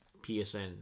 PSN